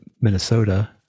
Minnesota